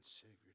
Savior